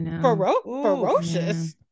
ferocious